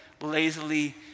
lazily